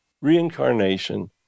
Reincarnation